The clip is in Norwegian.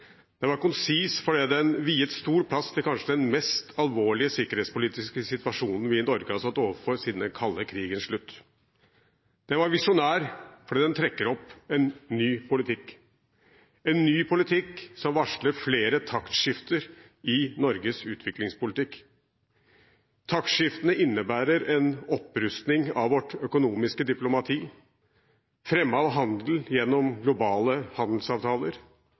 var konsis fordi den viet stor plass til kanskje den mest alvorlige sikkerhetspolitiske situasjonen vi i Norge har stått overfor siden den kalde krigens slutt. Den var visjonær fordi den trekker opp en ny politikk – en ny politikk som varsler flere taktskifter i Norges utviklingspolitikk. Taktskiftene innebærer en opprustning av vårt økonomiske diplomati, fremme av handel gjennom globale handelsavtaler